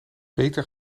beter